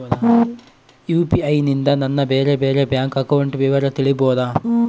UPI ನಿಂದ ನನ್ನ ಬೇರೆ ಬೇರೆ ಬ್ಯಾಂಕ್ ಅಕೌಂಟ್ ವಿವರ ತಿಳೇಬೋದ?